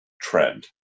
trend